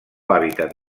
hàbitat